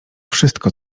wszystko